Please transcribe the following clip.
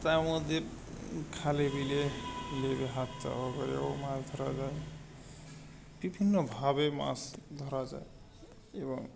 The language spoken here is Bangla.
আমাদের খালে বিলে নেমে হাত চাপা করেও মাছ ধরা যায় বিভিন্নভাবে মাছ ধরা যায় এবং